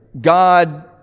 God